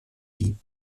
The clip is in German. die